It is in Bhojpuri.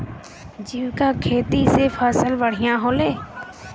जैविक खेती से फसल बढ़िया होले